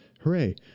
hooray